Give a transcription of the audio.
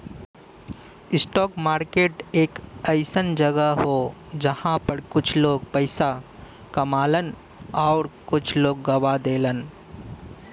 stock market एक अइसन जगह हौ जहां पर कुछ लोग पइसा कमालन आउर कुछ लोग गवा देलन